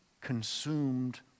consumed